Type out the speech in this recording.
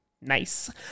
nice